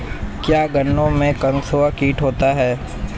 क्या गन्नों में कंसुआ कीट होता है?